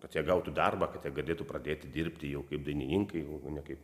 kad jie gautų darbą kad jie galėtų pradėti dirbti jau kaip dainininkai o ne kaip